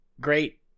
great